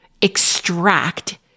extract